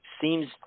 seems